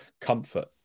comfort